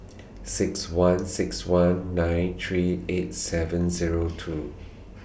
six one six one nine three eight seven Zero two